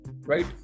right